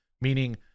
meaning